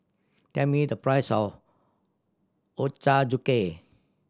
tell me the price of Ochazuke